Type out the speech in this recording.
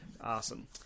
Awesome